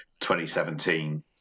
2017